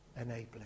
enabling